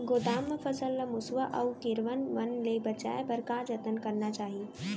गोदाम मा फसल ला मुसवा अऊ कीरवा मन ले बचाये बर का जतन करना चाही?